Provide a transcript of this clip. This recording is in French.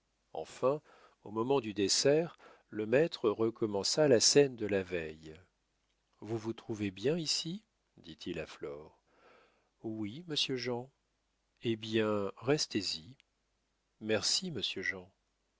enfin au moment du dessert le maître recommença la scène de la veille vous vous trouvez bien ici dit-il à flore oui monsieur jean eh bien restez y merci monsieur jean